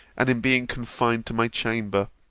and in being confined to my chamber.